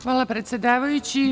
Hvala, predsedavajući.